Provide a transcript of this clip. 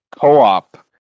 co-op